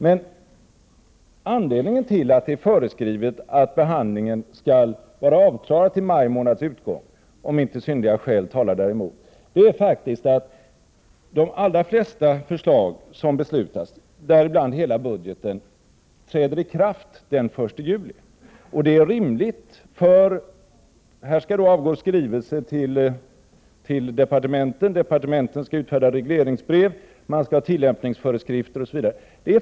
Men anledningen till att det föreskrivs att riksdagens behandling skall vara avklarad vid maj månads utgång om inte synnerliga skäl talar däremot är faktiskt att de allra flesta förslag som riksdagen fattar beslut om, bl.a. hela budgeten, träder i kraft den 1 juli. Detta är rimligt, eftersom skrivelser skall gå till departementen, departementen skall utfärda regleringsbrev, tillämpningsföreskrifter skall utfärdas, osv.